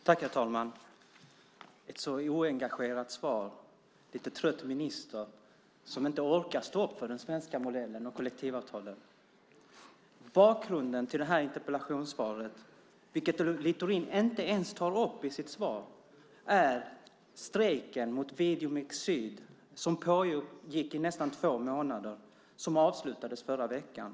Herr talman! Ett så oengagerat svar - en lite trött minister som inte orkar stå upp för den svenska modellen och kollektivavtalen! Bakgrunden till den här interpellationen, som Littorin inte ens tar upp i sitt svar, är strejken mot Videomix Syd på som pågick i nästa två månader och som avslutades förra veckan.